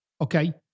okay